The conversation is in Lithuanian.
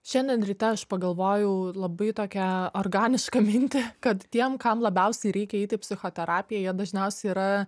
šiandien ryte aš pagalvojau labai tokią organišką mintį kad tiem kam labiausiai reikia eiti į psichoterapiją jie dažniausiai yra